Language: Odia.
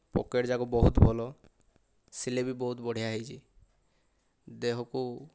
ପକେଟ୍ ଯାକ ବହୁତ ଭଲ ସିଲେଇ ବି ବହୁତ ବଢ଼ିଆ ହୋଇଛି ଦେହକୁ